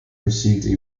received